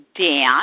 Dan